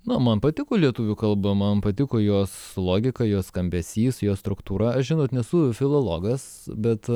na man patiko lietuvių kalba man patiko jos logika jos skambesys jos struktūra žinot nesu filologas bet